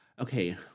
okay